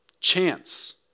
Chance